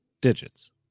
digits